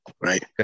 right